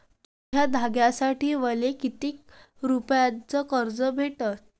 छोट्या धंद्यासाठी मले कितीक रुपयानं कर्ज भेटन?